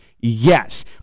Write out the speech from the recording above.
Yes